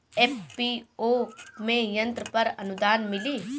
FPO में यंत्र पर आनुदान मिँली?